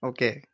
Okay